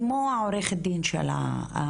כמו עורכת הדין של הסוהרת